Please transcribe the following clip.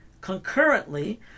concurrently